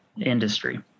industry